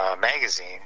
magazine